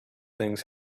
things